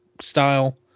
style